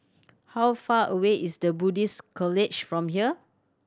how far away is The Buddhist College from here